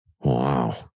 Wow